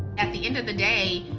at the end of the day,